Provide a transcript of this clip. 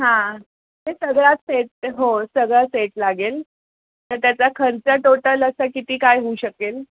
हां ते सगळा सेट हो सगळा सेट लागेल तर त्याचा खर्च टोटल असा किती काय होऊ शकेल